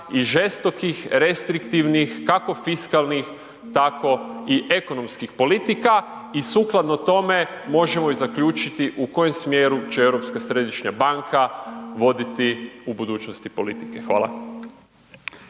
i žestokih restriktivnih kako fiskalnih tako i ekonomskih politika i sukladno tome, možemo i zaključiti u kojem smjeru će Europska središnja banka voditi u budućnosti politike, hvala.